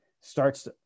starts